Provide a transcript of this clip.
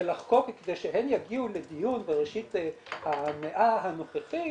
כדי שהן יגיעו לדיון בראשית המאה הנוכחית,